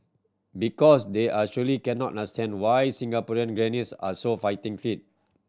because they are surely cannot understand why Singaporean grannies are so fighting fit